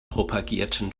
propagierten